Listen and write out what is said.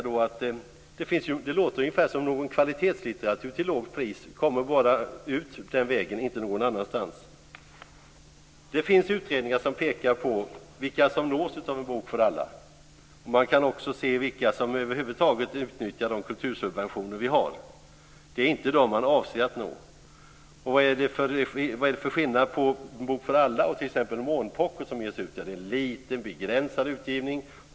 Det låter ungefär som om någon kvalitetslitteratur till lågt pris bara kommer ut den vägen och inte någon annanstans. Det finns utredningar som pekar på vilka som nås av En bok för alla. Man kan också se vilka som över huvud taget utnyttjar de kultursubventioner vi har. Det är inte de man avser att nå. Vad är det för skillnad på En bok för alla och t.ex. Månpocket? En bok för alla har en liten begränsad utgivning.